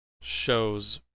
shows